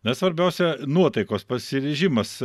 na svarbiausia nuotaikos pasiryžimas